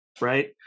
right